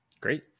Great